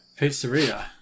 Pizzeria